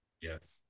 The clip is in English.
Yes